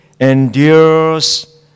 endures